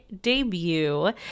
debut